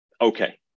okay